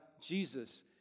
Jesus